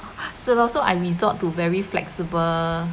是 lor so I resort to very flexible